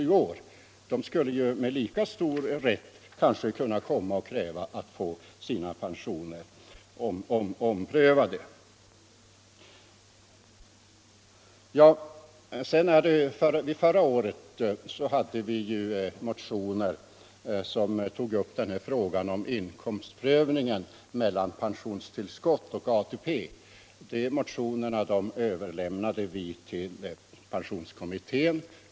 De skulle 103 kanske med lika stor rätt kunna kräva att få sina pensioner omprövade. Förra året togs frågan om inkomstprövningen mellan pensionstillskott och ATP upp i ett par motioner. Dessa motioner överlämnade vi till pensionskommittén.